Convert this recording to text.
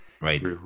right